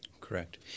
Correct